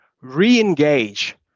re-engage